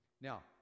Now